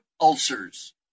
ulcers